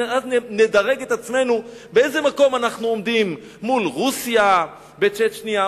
ואז נדרג את עצמנו באיזה מקום אנחנו עומדים מול רוסיה בצ'צ'ניה,